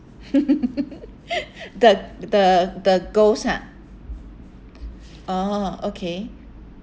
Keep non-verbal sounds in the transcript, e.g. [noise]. [laughs] the the the ghost ah oh okay